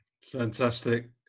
Fantastic